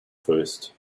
first